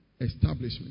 establishment